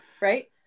right